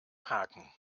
haken